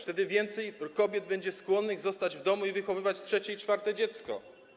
Wtedy więcej kobiet będzie skłonnych zostać w domu i wychowywać trzecie dziecko i czwarte dziecko.